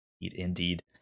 Indeed